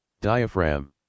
diaphragm